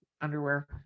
underwear